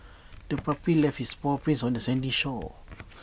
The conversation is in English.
the puppy left its paw prints on the sandy shore